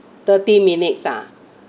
thirty minutes ah